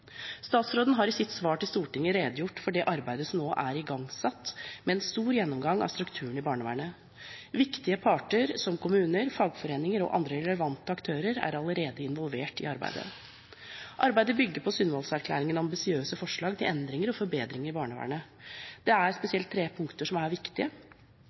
Statsråden har i sitt svar til Stortinget redegjort for det arbeidet som nå er igangsatt, med en stor gjennomgang av strukturen i barnevernet. Viktige parter som kommuner, fagforeninger og andre relevante aktører er allerede involvert i arbeidet. Arbeidet bygger på Sundvolden-erklæringens ambisiøse forslag til endringer og forbedringer i barnevernet. Det er spesielt tre punkter som er viktige: